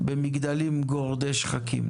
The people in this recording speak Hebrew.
הולכה במגדלים גורדי שחקים.